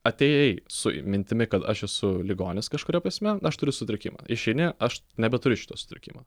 atėjai su mintimi kad aš esu ligonis kažkuria prasme aš turiu sutrikimą išeini aš nebeturiu šito sutrikimo